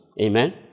Amen